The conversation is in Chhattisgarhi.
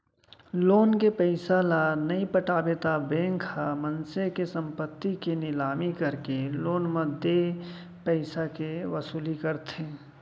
लोन के पइसा ल नइ पटाबे त बेंक ह मनसे के संपत्ति के निलामी करके लोन म देय पइसाके वसूली करथे